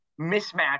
mismatch